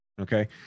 Okay